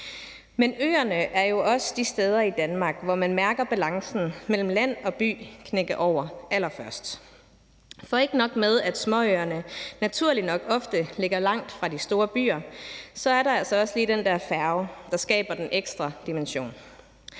Men øerne er også de steder i Danmark, hvor man mærker balancen mellem land og by knække over allerførst. For ikke nok med, at småøerne naturligt nok ofte ligger langt fra de store byer, der er altså også lige den der færge, der skaber den ekstra dimension.